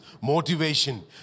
motivation